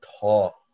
talk